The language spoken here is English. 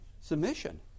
submission